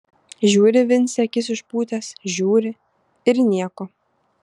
žiūri vincė akis išpūtęs žiūri ir nieko